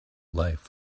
life